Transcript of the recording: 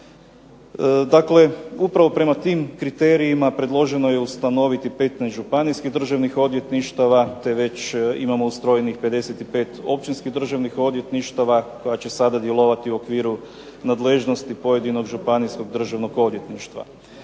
Dakle, upravo prema tim kriterijima predloženo je ustanoviti 15 županijskih državnih odvjetništava, te već imamo ustrojenih 55 općinskih državnih odvjetništava koja će sada djelovati u okviru nadležnosti pojedinog županijskog državnog odvjetništva.